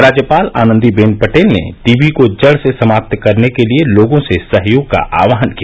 राज्यपाल आनन्दी बेन पटेल ने टीबी को जड से समाप्त करने के लिए लोगों से सहयोग का आह्वान किया